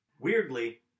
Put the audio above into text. weirdly